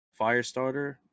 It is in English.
Firestarter